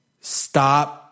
stop